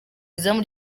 izamu